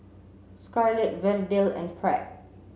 Scarlet Verdell and Pratt